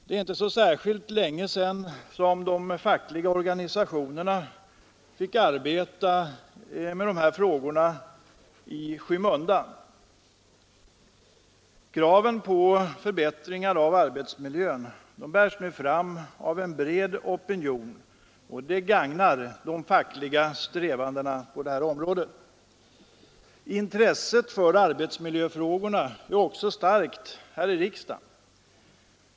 Det är inte särskilt länge sedan som de fackliga organisationerna fick arbeta i skymundan med dessa frågor. Kraven på förbättringar av arbetsmiljön bärs nu fram av en bred opinion, och det gagnar de fackliga strävandena på detta område. Intresset för arbetsmiljöfrågorna är också starkt här i riksdagen.